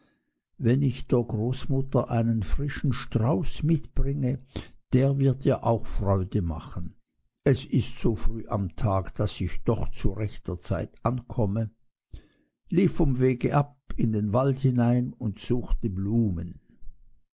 wenn ich der großmutter einen frischen strauß mitbringe der wird ihr auch freude machen es ist so früh am tag daß ich doch zu rechter zeit ankomme lief vom wege ab in den wald hinein und suchte blumen